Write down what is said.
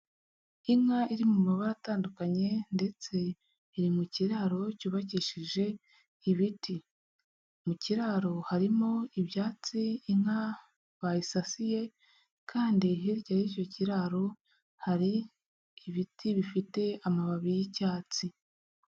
Inka iri mu mabara atandukanye ndetse iri mu kiraro cyubakishije ibiti, mu kiraro harimo ibyatsi inka bayisasiye kandi hirya y'icyo kiraro hari ibiti bifite amababi y'icyatsi.